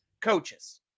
coaches